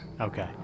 okay